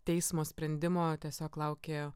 teismo sprendimo tiesiog laukė